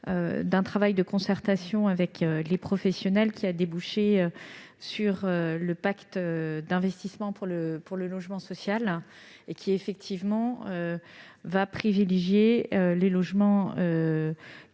d'un travail de concertation avec les professionnels, qui a débouché sur le pacte d'investissement pour le logement social. Ce pacte privilégie les logements